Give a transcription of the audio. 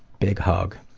big hug.